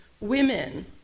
women